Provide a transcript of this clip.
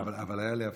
אבל הייתה לי הפסקה.